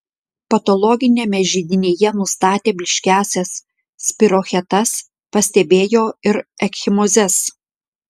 patologiniame židinyje nustatė blyškiąsias spirochetas pastebėjo ir ekchimozes